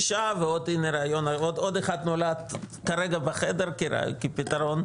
שישה, והנה עוד אחד נולד כרגע בחדר כפתרון.